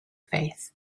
faith